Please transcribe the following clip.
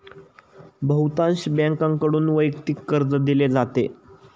बहुतांश बँकांकडून वैयक्तिक कर्ज दिले जाते